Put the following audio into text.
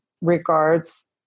regards